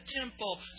temple